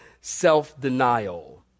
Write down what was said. self-denial